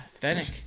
Fennec